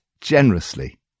generously